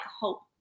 hope